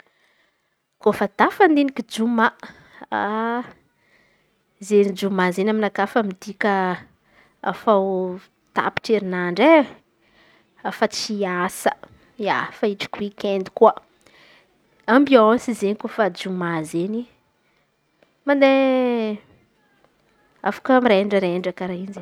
Kôfa tafan̈iniky joma izen̈y joma izen̈y aminakà efa midika afaô ho tapitry herinandra e. Afa tsy hiasa ia, afaky hitriky oiky ande koa ambiansy koa zey kôfa joma koa mande afaky mirendrarendra karà in̈y izen̈y.